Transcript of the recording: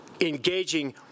engaging